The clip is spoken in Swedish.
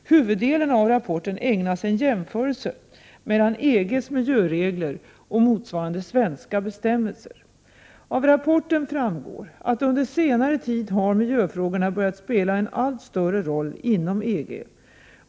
Huvuddelen av rapporten ägnas en jämförelse mellan EG:s miljöregler och motsvarande svenska bestämmelser. Av rapporten framgår att miljöfrågorna under senare tid har börjat spela en allt större roll inom EG.